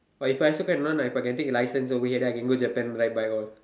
but if also want to learn I can take license over here I can go Japan and ride bike all